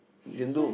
it's just